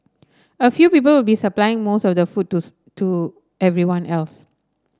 a few people will be supplying most of the food to to everyone else